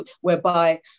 whereby